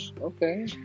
okay